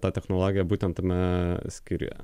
ta technologija būtent tame skyriuje